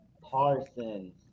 Parsons